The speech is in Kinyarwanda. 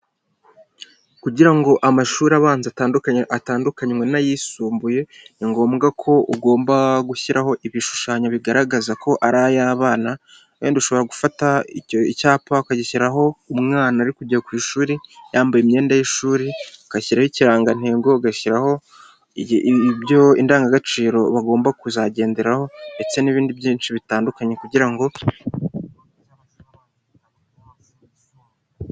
Kugira ngo amashuri abanza atandukanye atandukanywe n'ayisumbuye ni ngombwa ko ugomba gushyiraho ibishushanyo bigaragaza ko ari ay'abana wenda ushobora gufata icyapa ukagishyiraho umwana ari kujya ku ishuri yambaye imyenda y'ishuri ugashyiraho ikirangantego ugashyiraho ibyo indangagaciro bagomba kuzagenderaho ndetse n'ibindi byinshi bitandukanye.